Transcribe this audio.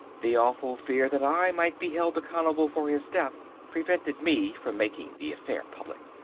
the awful fear that i might be held accountable for his death, prevented me from making the affair public.